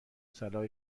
صلاح